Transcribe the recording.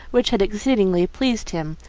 which had exceedingly pleased him.